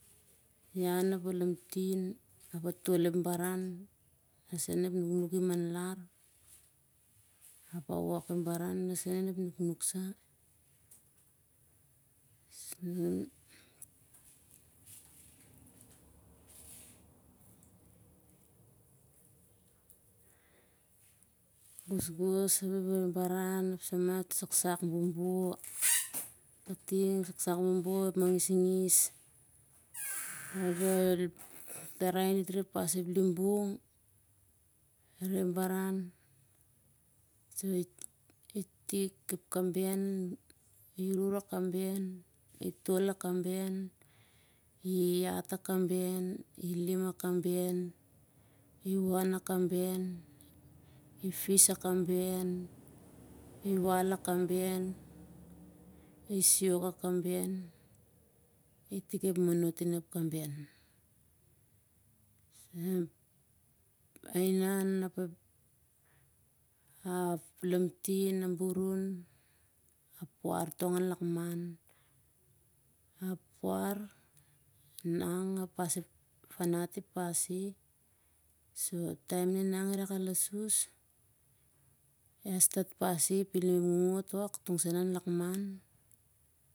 Hian ap a lamtin ap a tol ep baran lar sen ep nuknuk i mangler, ap a wok ep baran on ep nuknuk sah. m- m- m. gosgos ep rere baran ep samah toh saksak bobo. ep saksak bobo ep manggisngis ap el tarai dit re pas ep limbung, rere baran. itik kaben, iruh ra kaben, itol a kaben, ihat a kaben. ilim a kaben. iwon a kaben ifis a kaben, iwal ep kaben, isiok ep bonot itik ep bonot in ep kaben. a hinan ap a lamtin a puar tong lakman. a puar e nang ep fanat i pasi, taem na e nang irak el asus, iah a pas i pilim ngo ngot ok tong sen lakman